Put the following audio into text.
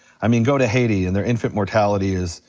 i mean, go to haiti and their infant mortality is,